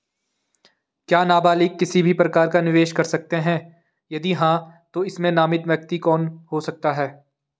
क्या नबालिग किसी भी प्रकार का निवेश कर सकते हैं यदि हाँ तो इसमें नामित व्यक्ति कौन हो सकता हैं?